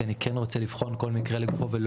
כי אני כן רוצה לבחון כל מקרה לגופו ולא